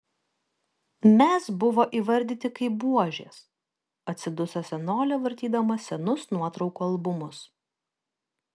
mes buvo įvardyti kaip buožės atsiduso senolė vartydama senus nuotraukų albumus